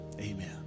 amen